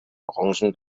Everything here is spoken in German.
branchen